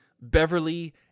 Beverly